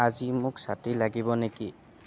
আজি মোক ছাতি লাগিব নেকি